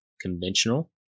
conventional